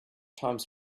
times